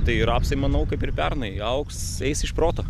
tai rapsai manau kaip ir pernai augs eis iš proto